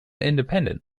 independent